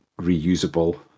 reusable